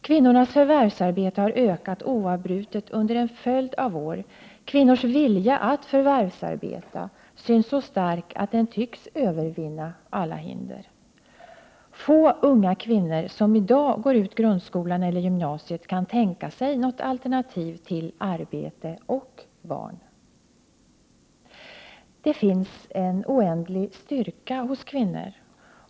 Kvinnornas förvärvsarbete har ökat oavbrutet under en följd av år. Kvinnors vilja att förvärvsarbeta är så stark att den tycks övervinna alla hinder. Få unga kvinnor som i dag går ut grundskolan eller gymnasiet kan tänka sig något alternativ till arbete och barn. Det finns en oändlig styrka hos kvinnor.